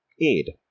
aid